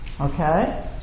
Okay